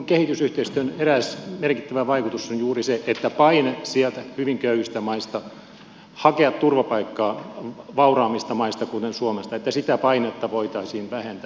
kehitysyhteistyön eräs merkittävä vaikutus on juuri se että sitä painetta sieltä hyvin köyhistä maista hakea turvapaikkaa vauraammista maista kuten suomesta voitaisiin vähentää